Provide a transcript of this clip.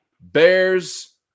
bears